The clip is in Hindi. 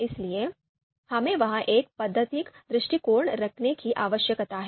इसलिए हमें वहां एक पद्धतिगत दृष्टिकोण रखने की आवश्यकता है